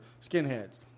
skinheads